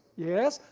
yes.